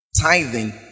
Tithing